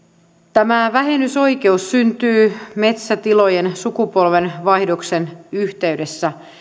tämä vähennysoikeus syntyy metsätilojen sukupolvenvaihdoksen yhteydessä